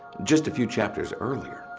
just a few chapters earlier.